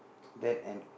that and